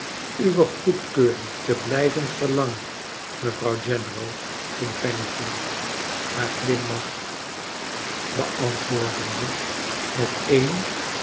uwe goedkeuring te blijven erlangen mevrouw general ging fanny voort haar glimlach beantwoorcharles dickens dende met een